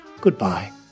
goodbye